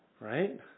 right